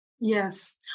Yes